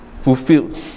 fulfilled